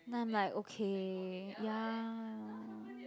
then I'm like okay ya